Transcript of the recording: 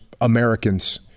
Americans